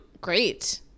Great